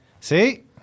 See